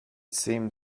seemed